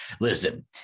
Listen